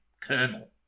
Colonel